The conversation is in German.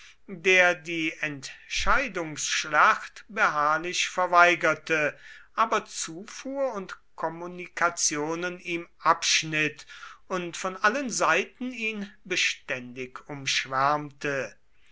der die entscheidungsschlacht beharrlich verweigerte aber zufuhr und kommunikationen ihm abschnitt und von allen seiten ihn beständig umschwärmte